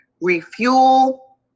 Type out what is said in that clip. refuel